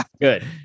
good